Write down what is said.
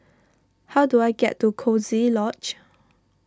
how do I get to Coziee Lodge